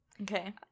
Okay